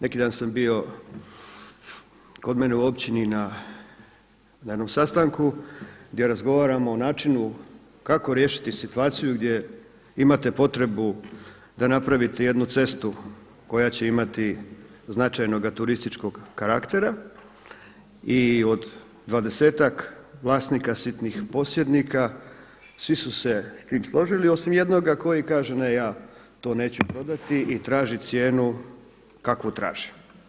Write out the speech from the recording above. Neki dan sam bio kod mene u općini na jednom sastanku gdje razgovaramo o načinu kako riješiti situaciju gdje imate potrebu da napravite jednu cestu koja će imati značajnoga turističkog karaktera i od dvadesetak vlasnika sitnih posjednika svi su se s tim složili osim jednoga koji kaže ne, ja to neću prodati i traži cijenu kakvu traži.